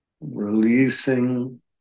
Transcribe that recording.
Releasing